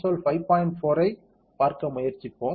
4 ஐ பார்க்க முயற்சிப்போம்